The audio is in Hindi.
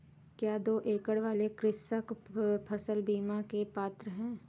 क्या दो एकड़ वाले कृषक फसल बीमा के पात्र हैं?